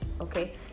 okay